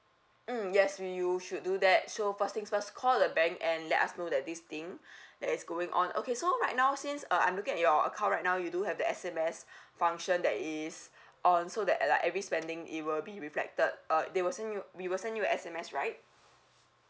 mm yes w~ you should do that so first thing's first call the bank and let us know that this thing that is going on okay so right now since uh I'm looking at your account right now you do have the S_M_S function that is on so that like every spending it will be reflected uh they will send you we will send you a S_M_S right